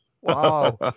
Wow